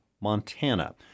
Montana